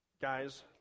guys